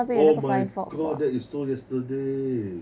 oh my god that is so yesterday